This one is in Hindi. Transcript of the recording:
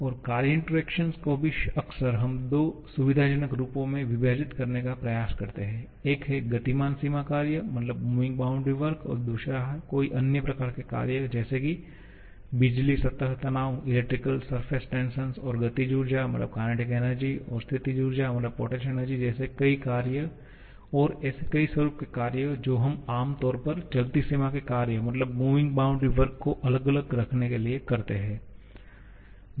और कार्य इंटरेक्शन को भी अक्सर हम दो सुविधाजनक रूपों में विभाजित करने का प्रयास करते हैं एक है गतिमान सीमा कार्य और दूसरा कोई अन्य प्रकार के कार्य जैसे की बिजली सतह तनाव और गतिज ऊर्जा और स्थितिज ऊर्जा जैसे कई कार्य और ऐसे कई स्वरुप के कार्य जो हम आम तौर पर चलती सीमा के कार्य को अलग अलग रखने के लिए करते हैं